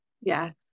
Yes